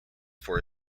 for